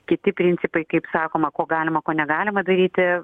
kiti principai kaip sakoma ko galima ko negalima daryti